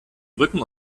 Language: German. rücken